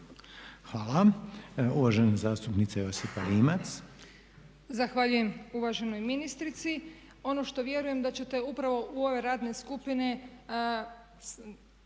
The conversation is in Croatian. Hvala. Uvažena zastupnica Josipa Rimac. **Rimac, Josipa (HDZ)** Zahvaljujem uvaženoj ministrici. Ono što vjerujem da ćete upravo u ovoj radnoj skupini